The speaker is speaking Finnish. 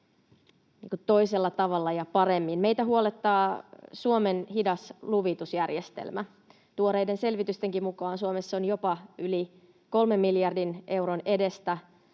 toisella tavalla ja paremmin. Meitä huolettaa Suomen hidas luvitusjärjestelmä. Tuoreiden selvitystenkin mukaan Suomessa on jopa yli 3 miljardin euron edestä